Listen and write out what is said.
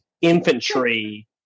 infantry